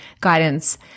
guidance